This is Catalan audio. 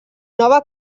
nova